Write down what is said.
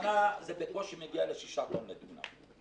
השנה זה בקושי מגיע לשישה טון לדונם.